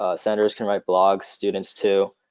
ah senators can write blogs, students too,